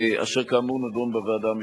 אשר כאמור נדון בוועדה המשותפת.